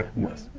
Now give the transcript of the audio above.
yes.